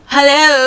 Hello